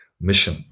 mission